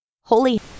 Holy ****